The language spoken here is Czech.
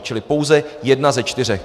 Čili pouze jedna ze čtyř.